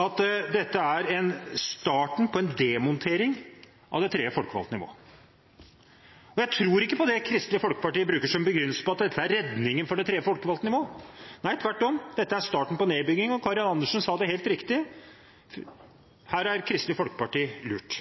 at dette er starten på en demontering av det tredje folkevalgte nivået. Jeg tror ikke på det Kristelig Folkeparti bruker som begrunnelse, at dette er redningen for det tredje folkevalgte nivået. Nei, tvert om: Dette er starten på en nedbygging, og Karin Andersen sa det helt riktig, at her er Kristelig Folkeparti lurt.